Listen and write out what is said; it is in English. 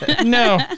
no